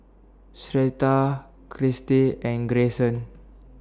Sherita Kirstie and Grayson